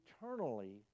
eternally